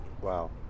Wow